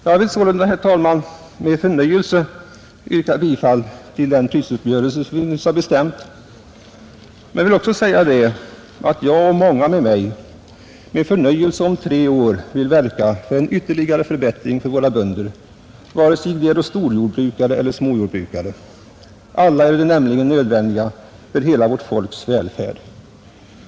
Jag vill sålunda, herr talman, med förnöjelse biträda den prisuppgörelse som nyss har träffats men vill också säga att jag och många med mig med förnöjelse om tre år vill verka för en ytterligare förbättring för våra bönder, vare sig de är storjordbrukare eller småjordbrukare. Alla är de nämligen nödvändiga för hela vårt folks välfärd.